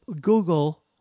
Google